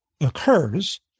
occurs